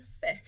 fish